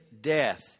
death